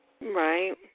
Right